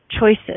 choices